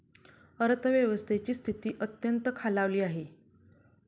अर्थव्यवस्थेची स्थिती अत्यंत खालावली आहे